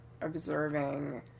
observing